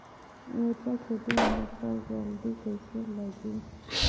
मिरचा खेती मां फल जल्दी कइसे लगही?